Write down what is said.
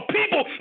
people